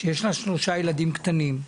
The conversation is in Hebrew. שיש לה שלושה ילדים קטנים,